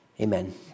Amen